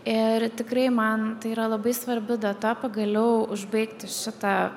ir tikrai man tai yra labai svarbi data pagaliau užbaigti šitą